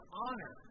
honor